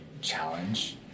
challenge